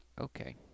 okay